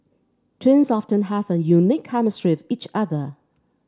twins often have a unique chemistry with each other